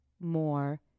more